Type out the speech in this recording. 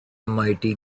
mighty